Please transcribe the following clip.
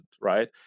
Right